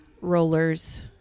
rollers